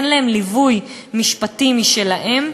אין להם ליווי משפטי משלהם,